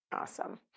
Awesome